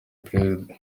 perezida